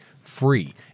free